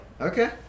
Okay